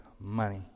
money